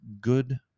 good